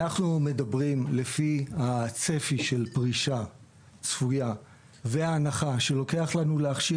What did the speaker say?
לפי הצפי של פרישה צפויה וההנחה שלוקח לנו להכשיר